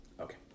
Okay